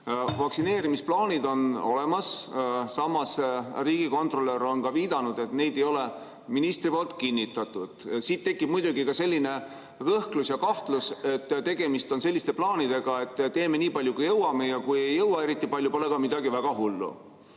Vaktsineerimisplaanid on olemas, samas riigikontrolör on viidanud, et neid ei ole minister kinnitanud. Nii tekib muidugi kõhklus ja kahtlus, et tegemist on selliste plaanidega, et teeme nii palju, kui jõuame, ja kui ei jõua eriti palju, pole ka midagi väga hullu.